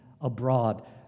Abroad